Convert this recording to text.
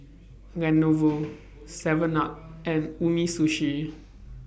Lenovo Seven up and Umisushi